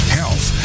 health